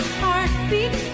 heartbeat